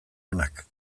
onak